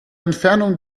entfernung